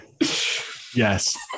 Yes